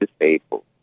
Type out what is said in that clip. disabled